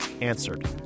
answered